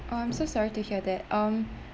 oh I'm so sorry to hear that um